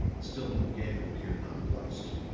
stillman began to appear nonplussed.